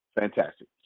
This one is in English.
Fantastic